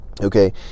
okay